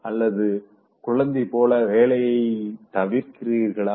அல்லது குழந்தை போல வேலைய தவிர்க்கிறீங்களா